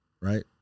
right